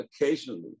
occasionally